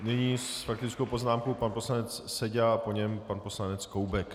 Nyní s faktickou poznámkou pan poslanec Seďa a po něm pan poslanec Koubek.